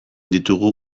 ditugu